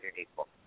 equal